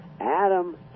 Adam